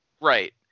Right